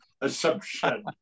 assumption